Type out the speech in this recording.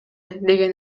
деген